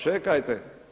Čekajte.